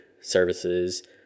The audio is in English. services